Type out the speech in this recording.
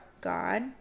God